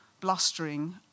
blustering